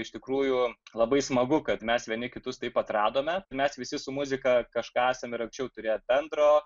iš tikrųjų labai smagu kad mes vieni kitus taip atradome mes visi su muzika kažką esam ir anksčiau turėję bendro